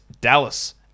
Dallas